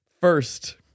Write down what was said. First